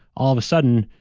all of a sudden,